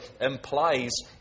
implies